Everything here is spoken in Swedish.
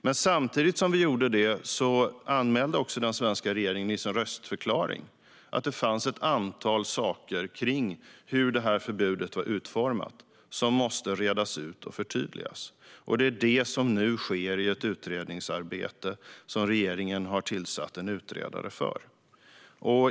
Men samtidigt som vi gjorde det anmälde den svenska regeringen också i sin röstförklaring att det fanns ett antal saker gällande förbudets utformning som måste redas ut och förtydligas. Det är detta som nu sker i ett utredningsarbete som regeringen har tillsatt en utredare för.